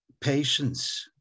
patience